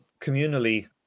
communally